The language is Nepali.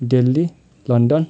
दिल्ली लन्डन